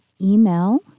email